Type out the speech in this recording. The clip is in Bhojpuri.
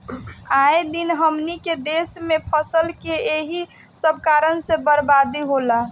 आए दिन हमनी के देस में फसल के एही सब कारण से बरबादी होला